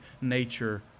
nature